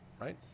Right